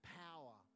power